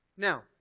Now